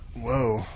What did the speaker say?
Whoa